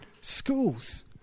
schools